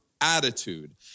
attitude